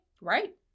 right